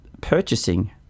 purchasing